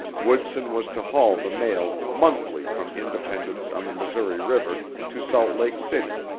woodson was to haul the mail monthly from independence on the missouri river to salt lake city,